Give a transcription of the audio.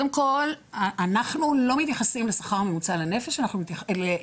אנחנו לא מתייחסים לשכר הממוצע במשק,